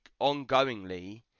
ongoingly